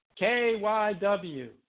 KYW